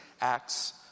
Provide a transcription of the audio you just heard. acts